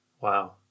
Wow